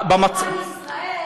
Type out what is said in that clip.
ישראל,